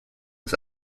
was